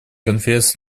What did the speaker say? конференции